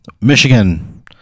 michigan